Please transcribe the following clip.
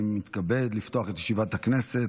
אני מתכבד לפתוח את ישיבת הכנסת,